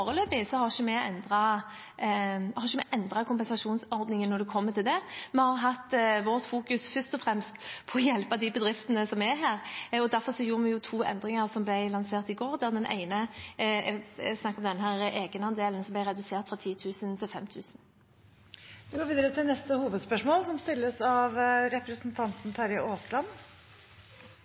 har vi ikke endret kompensasjonsordningen når det gjelder dette. Vi har først og fremst fokusert på å hjelpe de bedriftene som er her, og derfor gjorde vi to endringer, som ble lansert i går. Den ene er egenandelen som ble redusert fra 10 000 kr til 5 000 kr. Vi går videre til neste hovedspørsmål.